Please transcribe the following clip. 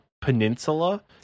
peninsula